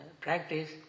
practice